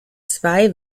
zwei